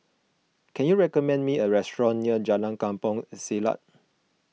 can you recommend me a restaurant near Jalan Kampong Siglap